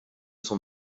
son